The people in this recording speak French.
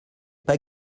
pas